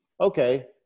okay